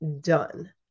done